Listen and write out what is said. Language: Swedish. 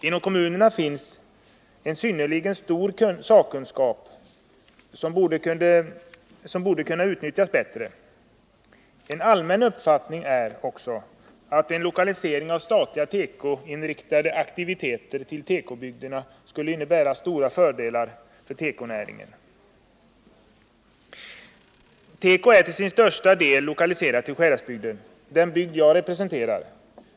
I kommunerna finns en synnerligen stor sakkunskap, som borde kunna utnyttjas bättre. En allmän uppfattning är också att en lokalisering av statliga tekoinriktade aktiviteter till tekobygderna skulle innebära stora fördelar för tekonäringen. Teko är till sin största del lokaliserad till Sjuhäradsbygden. den bygd jag representerar.